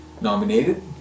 nominated